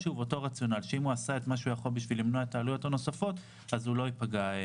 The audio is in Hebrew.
אם הוא עשה מה שהוא יכול אז הוא לא ייפגע.